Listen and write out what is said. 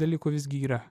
dalykų visgi yra